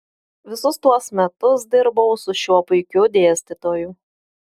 visus tuos metus dirbau su šiuo puikiu dėstytoju